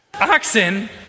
Oxen